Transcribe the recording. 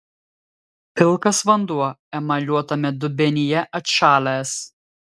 pilkas vanduo emaliuotame dubenyje atšalęs